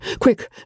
Quick